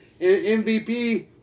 MVP